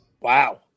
Wow